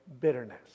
bitterness